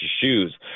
shoes